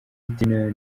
tino